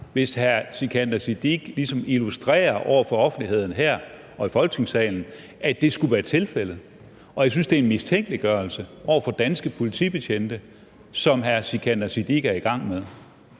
hvis hr. Sikandar Siddique ligesom illustrerer over for offentligheden her og i Folketingssalen, at det skulle være tilfældet. Og jeg synes, at det er en mistænkeliggørelse af danske politibetjente, som hr. Sikandar Siddique er i gang med.